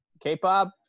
K-pop